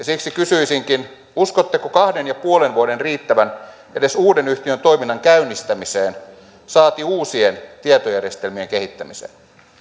siksi kysyisinkin uskotteko kahden pilkku viiden vuoden riittävän edes uuden yhtiön toiminnan käynnistämiseen saati uusien tietojärjestelmien kehittämiseen